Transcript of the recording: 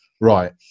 Right